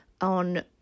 on